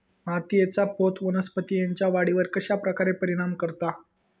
मातीएचा पोत वनस्पतींएच्या वाढीवर कश्या प्रकारे परिणाम करता?